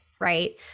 right